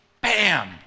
Bam